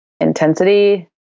intensity